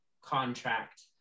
contract